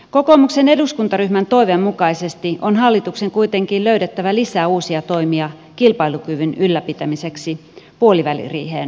kokoomuksen eduskuntaryhmän toiveen mukaisesti on hallituksen kuitenkin löydettävä lisää uusia toimia kilpailukyvyn ylläpitämiseksi puoliväliriiheen mennessä